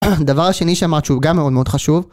דבר השני שאמרת שהוא גם מאוד מאוד חשוב